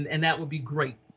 and and that will be great,